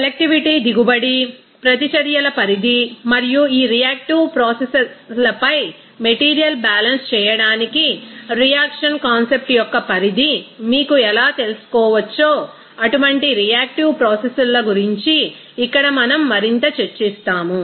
selectivity దిగుబడి ప్రతిచర్యల పరిధి మరియు ఈ రియాక్టివ్ ప్రాసెస్లపై మెటీరియల్ బ్యాలెన్స్ చేయడానికి రియాక్షన్ కాన్సెప్ట్ యొక్క పరిధి మీకు ఎలా తెలుస్కోవచ్చో అటువంటి రియాక్టివ్ ప్రాసెస్ల గురించి ఇక్కడ మనం మరింత చర్చిస్తాము